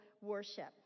worship